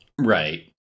Right